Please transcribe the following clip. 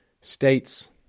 States